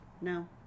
No